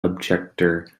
objector